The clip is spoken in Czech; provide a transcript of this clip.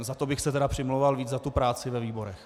Za to bych se tedy přimlouval víc, za tu práci ve výborech.